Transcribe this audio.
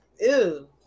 Ew